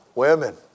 women